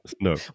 no